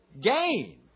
gain